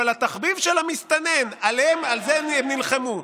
אבל התחביב של המסתנן, על זה הם נלחמו.